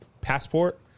passport